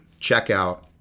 checkout